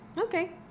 Okay